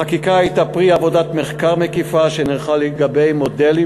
החקיקה הייתה פרי עבודת מחקר מקיפה שנערכה לגבי מודלים